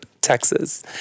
Texas